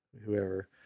Whoever